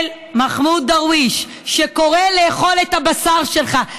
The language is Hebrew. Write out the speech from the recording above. מחמוד דרוויש שקורא לאכול את הבשר שלך,